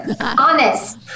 Honest